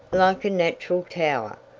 like a natural tower.